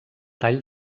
tall